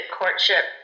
courtship